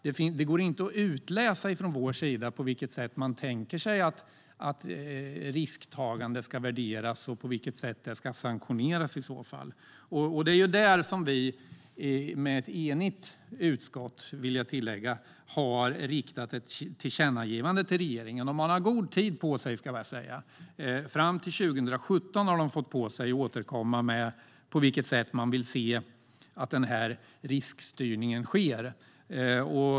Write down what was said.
Det går inte att utläsa från vår sida på vilket sätt man tänker sig att risktagande ska värderas och hur det i så fall ska sanktioneras. Där har vi - i ett enigt utskott, vill jag tillägga - riktat ett tillkännagivande till regeringen. De har fått god tid på sig, fram till 2017, att återkomma med på vilket sätt de vill att riskstyrningen ska ske.